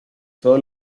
todos